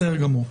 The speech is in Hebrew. בסדר גמור.